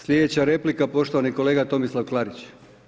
Sljedeća replika poštovani kolega Tomislav Klarić.